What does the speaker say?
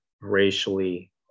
racially